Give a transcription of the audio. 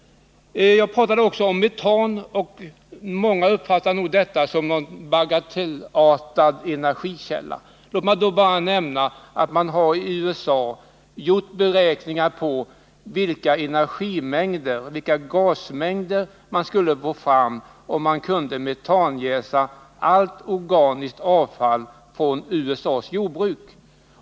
Jag pratade också om metan, och många uppfattade nog denna energikälla som bagatellartad. Låt mig då bara nämna att man har i USA gjort beräkningar på vilka gasmängder man skulle kunna få fram om man kunde metanjäsa allt organiskt avfall från USA:s jordbruk.